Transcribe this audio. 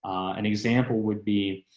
an example would be,